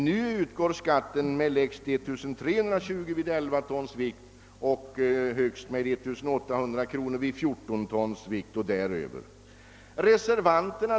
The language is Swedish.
Nu utgår skatten med lägst 1320 kronor vid 11 tons vikt och med högst 1 800 kronor vid 14 tons vikt och däröver.